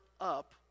up